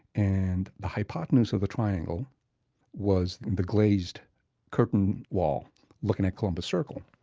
and the hypotenuse of the triangle was the glazed curtain wall looking at columbus circle,